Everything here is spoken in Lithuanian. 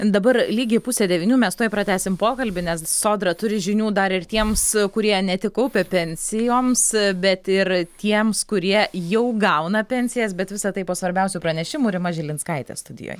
dabar lygiai pusė devynių mes tuoj pratęsim pokalbį nes sodra turi žinių dar ir tiems kurie ne tik kaupia pensijoms bet ir tiems kurie jau gauna pensijas bet visa tai po svarbiausių pranešimų rima žilinskaitė studijoj